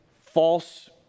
false